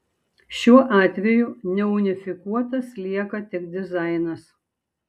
šiuo atveju neunifikuotas lieka tik dizainas